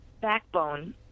backbone